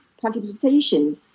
participation